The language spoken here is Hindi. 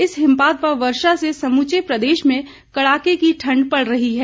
इस हिमपात व वर्षा से समूचे प्रदेश में कड़ाके की ठंड पड़ रही है